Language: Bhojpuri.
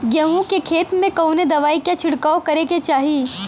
गेहूँ के खेत मे कवने दवाई क छिड़काव करे के चाही?